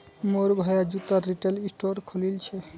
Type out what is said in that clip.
मोर भाया जूतार रिटेल स्टोर खोलील छ